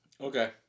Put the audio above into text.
okay